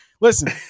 Listen